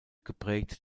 geprägt